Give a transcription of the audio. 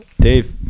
Dave